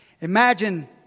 Imagine